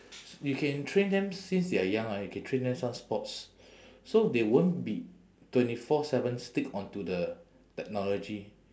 you can train them since they are young ah you can train them some sports so they won't be twenty four seven stick onto the technology